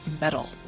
metal